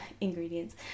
ingredients